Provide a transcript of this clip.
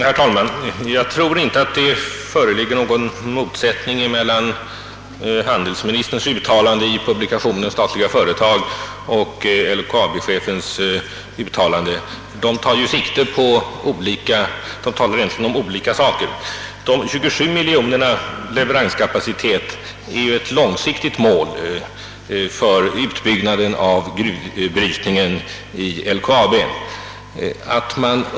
Herr talman! Jag tror inte att det föreligger någon motsättning mellan handelsministerns uttalande i publikationen Statliga företag och LKAB-chefens uttalande. Handelsministern och LKAB chefen talar om olika saker. Leveranskapaciteten 27 miljoner ton är ju ett långsiktigt mål för utbyggnaden av gruvbrytningen i LKAB.